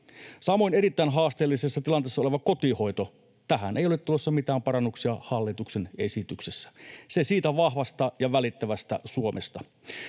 Samoin erittäin haasteellisessa tilanteessa olevaan kotihoitoon ei ole tulossa mitään parannuksia hallituksen esityksessä. Se siitä vahvasta ja välittävästä Suomesta.